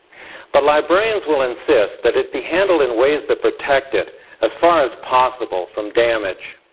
but librarians will insist that it be handled in ways that protect it as far as possible from damage.